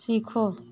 सीखो